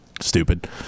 stupid